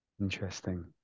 interesting